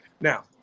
Now